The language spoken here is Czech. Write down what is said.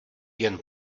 jen